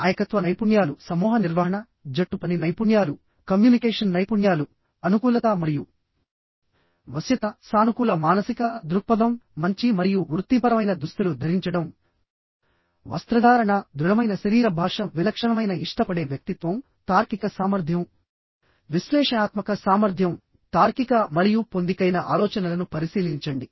నాయకత్వ నైపుణ్యాలు సమూహ నిర్వహణ జట్టు పని నైపుణ్యాలు కమ్యూనికేషన్ నైపుణ్యాలు అనుకూలత మరియు వశ్యత సానుకూల మానసిక దృక్పథం మంచి మరియు వృత్తిపరమైన దుస్తులు ధరించడం వస్త్రధారణ దృఢమైన శరీర భాష విలక్షణమైన ఇష్టపడే వ్యక్తిత్వం తార్కిక సామర్థ్యం విశ్లేషణాత్మక సామర్థ్యం తార్కిక మరియు పొందికైన ఆలోచనలను పరిశీలించండి